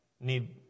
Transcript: need